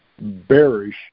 Bearish